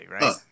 right